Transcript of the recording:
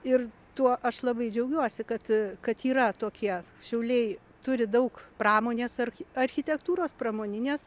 ir tuo aš labai džiaugiuosi kad kad yra tokie šiauliai turi daug pramonės ar architektūros pramoninės